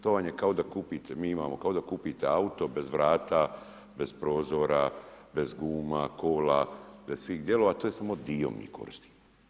To vam je kao da kupite, mi imamo, kao da kupite auto bez vrata, bez prozora, bez guma, kola, bez svih dijelova, to je samo dio mi koristimo.